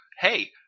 Hey